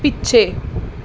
ਪਿੱਛੇ